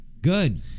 Good